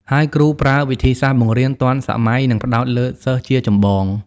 ហើយគ្រូប្រើវិធីសាស្ត្របង្រៀនទាន់សម័យនិងផ្តោតលើសិស្សជាចម្បង។